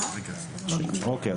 אוקיי,